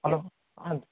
hello